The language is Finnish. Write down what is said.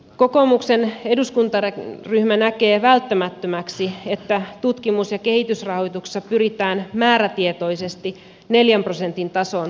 kokoomuksen eduskuntaryhmä näkee välttämättömäksi että tutkimus ja kehitysrahoituksessa pyritään määrätietoisesti neljän prosentin tasoon bruttokansantuotteesta